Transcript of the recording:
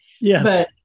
Yes